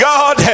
God